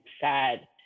sad